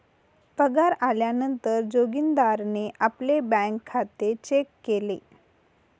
पगार आल्या नंतर जोगीन्दारणे आपले बँक खाते चेक केले